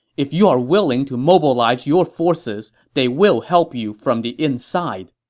if you are willing to mobilize your forces, they will help you from the inside.